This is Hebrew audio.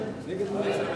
נתקבלה.